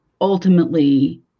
ultimately